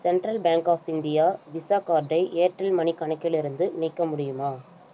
central bank of India visa கார்டை Airtel money கணக்கிலிருந்து நீக்க முடியுமா